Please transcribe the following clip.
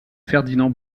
ferdinand